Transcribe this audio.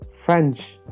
French